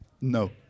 No